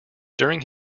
during